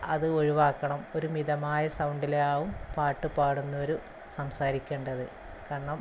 അത് ഒഴിവാക്കണം ഒരു മിതമായ സൗണ്ടിലാവും പാട്ട് പാടുന്നവര് സംസാരിക്കേണ്ടത് കാരണം